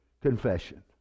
confession